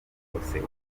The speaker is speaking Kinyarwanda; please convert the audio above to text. umunyeshuri